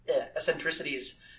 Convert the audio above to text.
eccentricities